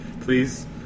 Please